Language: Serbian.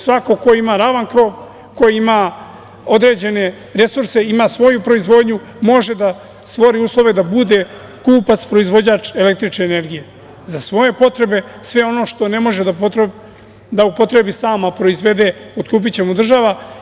Svako ko ima ravan krov, koji ima određene resurse, ima svoju proizvodnju, može da stvori uslove da bude kupac ili proizvođač električne energije za svoje potrebe, a sve ono što ne može da upotrebi sam a proizvede, otkupiće mu država.